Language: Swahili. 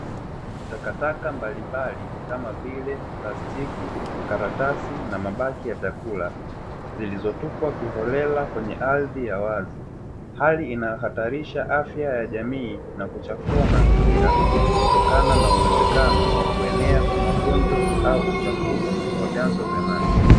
Takataka mbalimbali kama vile plastiki, karatasi na mabaki ya vyakula zilizotupwa kiholela kwenye ardhi ya wazi. Hali inayohatarisha afya ya jamii na kuchafua mazingira kutokana na uwezekano wa kuenea kwa magonjwa au uchafuzi wa vyanzo vya maji.